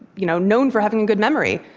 you know known for having a good memory,